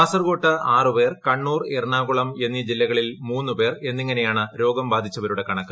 കാസർഗോട്ട് ആറു പേർ കണ്ണൂർ എറണാകുളം എന്നീ ജില്ലകളിൽ മൂന്നു പേർ എന്നിങ്ങനെയാണു രോഗം ബാധിച്ചവരുടെ കണക്ക്